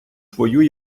твою